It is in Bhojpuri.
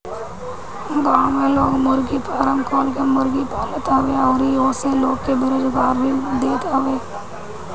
गांव में लोग मुर्गी फारम खोल के मुर्गी पालत हवे अउरी ओसे लोग के रोजगार भी देत हवे